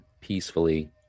peacefully